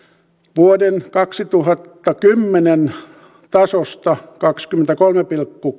vuoden kaksituhattakymmenen tasosta eli kahdestakymmenestäkolmesta pilkku